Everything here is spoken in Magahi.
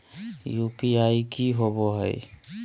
यू.पी.आई की होवे हय?